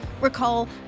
recall